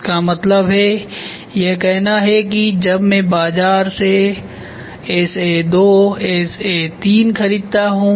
इसका मतलब है यह कहना है कि जब मैं बाजार से SA2 या SA3 खरीदता हूं